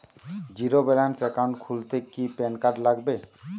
Zero balance account খুলতে কি PAN card লাগে?